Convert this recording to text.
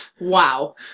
Wow